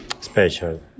special